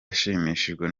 yashimishijwe